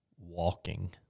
walking